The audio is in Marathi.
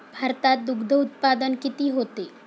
भारतात दुग्धउत्पादन किती होते?